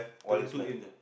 twenty two inch eh